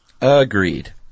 Agreed